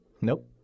Nope